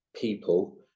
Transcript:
people